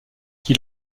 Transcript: qui